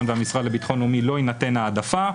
והמשרד לביטחון לאומי לא יינתן ההעדפה,